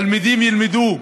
תלמידים ילמדו